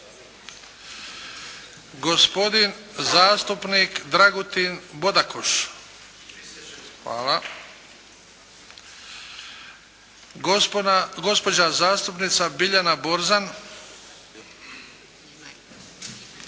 gospodin zastupnik Dragutin Bodakoš – prisežem, gospođa zastupnica Biljana Borzan,